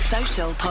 Social